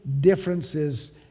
differences